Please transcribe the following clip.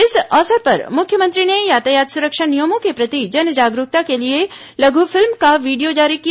इस अवसर पर मुख्यमंत्री ने यातायात सुरक्षा नियमों के प्रति जन जागरूकता के लिए लघु फिल्म का वीडियो जारी किया